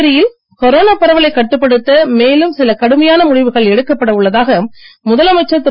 புதுச்சேரியில் கொரோனா பரவலைக் கட்டுப்படுத்த மேலும் சில கடுமையான முடிவுகள் எடுக்கப்பட உள்ளதாக முதலமைச்சர் திரு